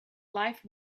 life